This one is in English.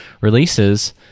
releases